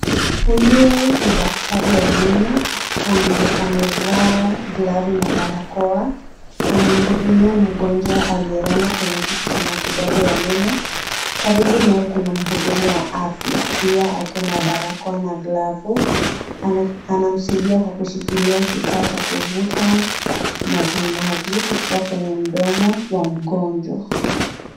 Huyu ni daktari wa meno amevaa glavu na barakoa. Anamhudunua mgonjwa aliyelala kwenye kiti cha matibabu ya meno. Karibu naye kuna mhudumu wa afya, pia akiwa na barakoa na glavu. Anamsaidia kwa kushikilia kifaa cha kuvuta maji maji kutoka kwenye mdomo wa mgonjwa.